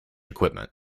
equipment